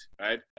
right